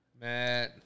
Matt